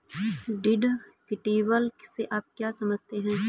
Deductible से आप क्या समझते हैं?